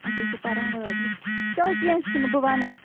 اَچھا یہِ چھِ پَران واریاہ چلو کیٚنٛہہ چھُنہٕ بہٕ وَنَس